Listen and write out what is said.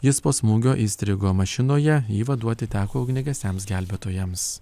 jis po smūgio įstrigo mašinoje jį vaduoti teko ugniagesiams gelbėtojams